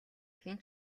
хэн